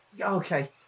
okay